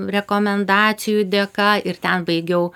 rekomendacijų dėka ir ten baigiau